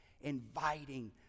inviting